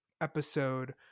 Episode